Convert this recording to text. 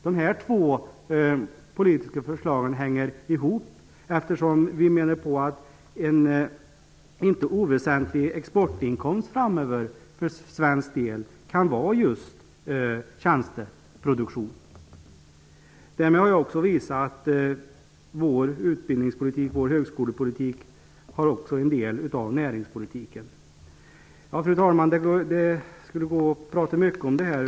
De här två politiska förslagen hänger ihop, eftersom vi menar att en inte oväsentlig exportinkomst för svensk del framöver kan vara just tjänsteproduktion. Därmed har vi visat att vår utbildnings och högskolepolitik också innehåller en del näringspolitik. Fru talman! Det skulle gå att prata mycket om detta.